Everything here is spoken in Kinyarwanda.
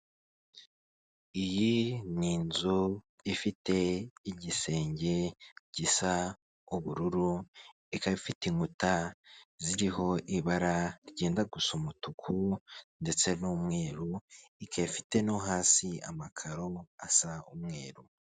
Iyi ni inzu ifite igisenge gisa ubururu, ikaba ifite inkuta ziriho ibara ryenda gusa umutuku ndetse n'umweru, ikaba ifite no hasi amakaro asa umweru.